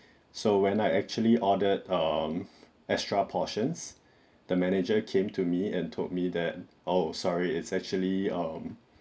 so when I actually ordered um extra portions the manager came to me and told me that oh sorry it's actually um